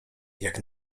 jak